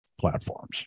platforms